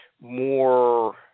more